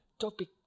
topic